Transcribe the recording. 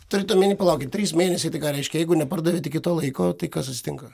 turit omeny palaukit trys mėnesiai tai ką reiškia jeigu nepardavėt iki to laiko tai kas atsitinka